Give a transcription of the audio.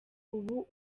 ubu